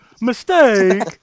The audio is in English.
Mistake